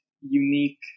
unique